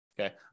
okay